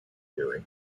theory